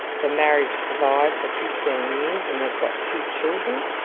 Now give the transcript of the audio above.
the marriage survived for fifteen years and they've got two children.